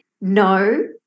no